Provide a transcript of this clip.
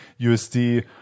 USD